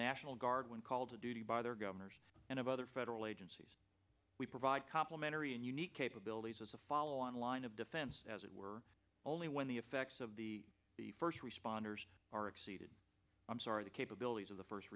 national guard when called to duty by their governors and other federal agencies we provide complimentary and unique capabilities as a follow on line of defense as it were only when the effects of the the first responders are exceeded i'm sorry the capabilities of the first